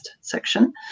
section